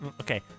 Okay